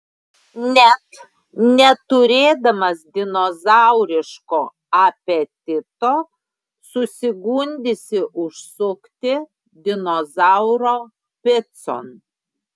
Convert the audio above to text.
net neturėdamas dinozauriško apetito susigundysi užsukti dinozauro picon